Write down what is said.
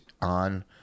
on